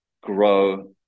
grow